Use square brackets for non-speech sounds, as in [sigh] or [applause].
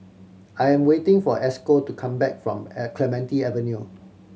I am waiting for Esco to come back from [unintelligible] Clementi Avenue